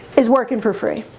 is working for free